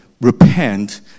repent